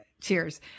Cheers